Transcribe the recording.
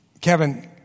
Kevin